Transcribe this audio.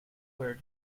where